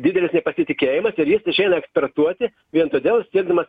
didelis nepasitikėjimas ir jis išeina ekspertuoti vien todėl siekdamas